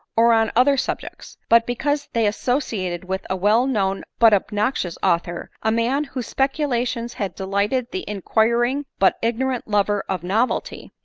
or on other subjects but, because they associated with a well known but obnoxious author a man whose speculations had delighted the in quiring but ignorant lover of novelty,